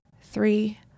three